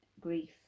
grief